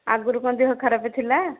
ଆଗରୁ କ'ଣ ଦେହ ଖରାପ ଥିଲା